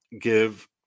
Give